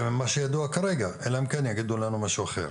זה ממה שידוע כרגע, אלא אם כן יגידו לנו משהו אחר.